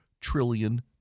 trillion